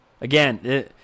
Again